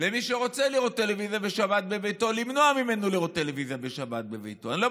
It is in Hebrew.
למנוע ממי שרוצה לראות טלוויזיה בשבת בביתו לראות טלוויזיה בשבת בביתו.